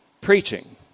Preaching